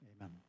amen